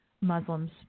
Muslims